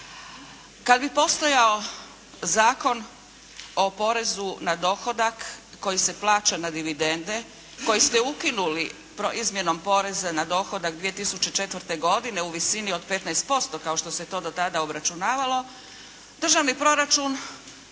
Kada bi postojao Zakon o porezu na dohodak, koji se plaća na dividende koji ste ukinuli izmjenom poreza na dohodak 2004. godine u visini od 15%, kao što se to do tada obračunavalo, državni proračun